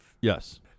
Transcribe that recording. Yes